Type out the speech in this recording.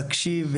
להקשיב,